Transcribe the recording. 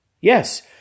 Yes